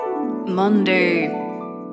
Monday